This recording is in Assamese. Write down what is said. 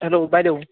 হেল্ল' বাইদেউ